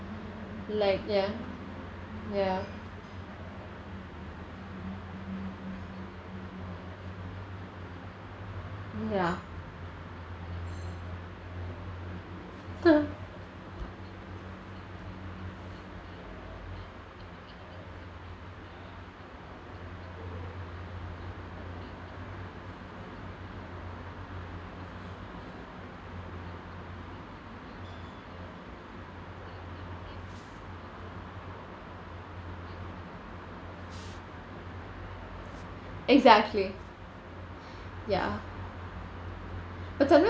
like ya ya ya exactly ya but sometimes